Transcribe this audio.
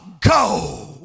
go